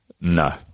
No